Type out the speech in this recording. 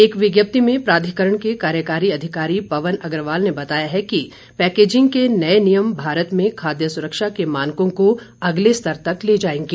एक विज्ञप्ति में प्राधिकरण के कार्यकारी अधिकारी पवन अग्रवाल ने बताया है कि पैकेजिंग के नए नियम भारत में खाद्य सुरक्षा के मानकों को अगले स्तर तक ले जाएंगे